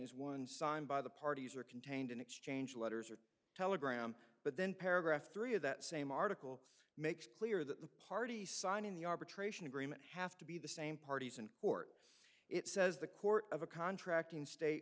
as one signed by the parties or contained in exchange letters or telegram but then paragraph three of that same article makes clear that the party signing the arbitration agreement have to be the same parties in court it says the court of a contract in state